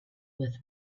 with